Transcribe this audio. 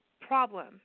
problem